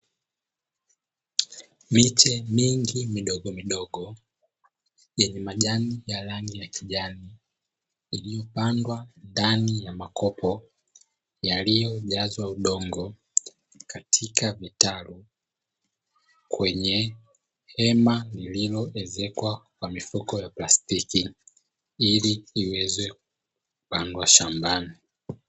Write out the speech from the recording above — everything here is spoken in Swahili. Miche mingi midogomidgo yenye majani ya rangi ya kijani, iliyopandwa ndani ya makopo yaliyojazwa udongo katika vitalu, kwenye hema lililoezekwa kwa mifuko ya plastiki ili iweze kupandwa shambani.